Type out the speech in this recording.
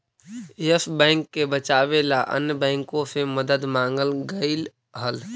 yes bank के बचावे ला अन्य बाँकों से मदद मांगल गईल हल